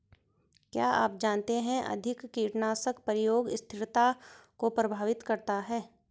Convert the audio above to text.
क्या आप जानते है अधिक कीटनाशक प्रयोग स्थिरता को प्रभावित करता है?